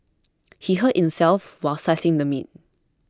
he hurt himself while slicing the meat